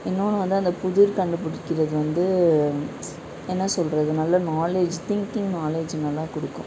இன்னொன்று வந்து அந்த புதிர் கண்டுபிடிக்கிறது வந்து என்ன சொல்கிறது நல்ல நாலேஜ் திங்கிங் நாலேஜ் நல்லா கொடுக்கும்